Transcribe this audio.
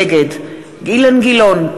נגד אילן גילאון,